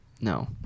no